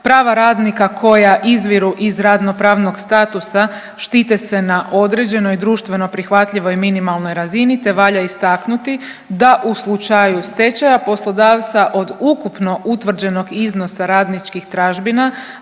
Prava radnika koja izviru iz radnopravnog statusa štite se na određenoj društveno prihvatljivoj minimalnoj razini te valja istaknuti da u slučaju stečaja poslodavca, od ukupno utvrđenog iznosa radničkih tražbina,